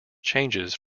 changes